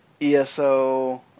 ESO